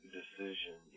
decision